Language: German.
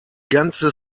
ganze